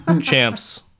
champs